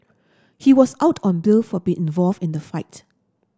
he was out on bail for being involved in the fight